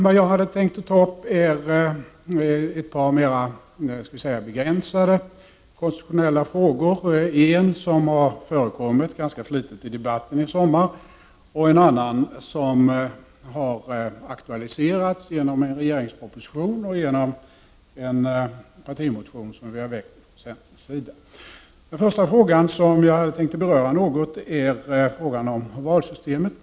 Vad jag hade tänkt att ta upp var ett par mera begränsade konstitutionella frågor — en som har förekommit ganska flitigt i debatten under sommaren och en annan som har aktualiserats genom en regeringsproposition och genom en partimotion som vi har väckt från centerns sida. Den första fråga som jag hade tänkt beröra något är frågan om valsystemet.